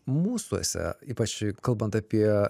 mūsuose ypač kalbant apie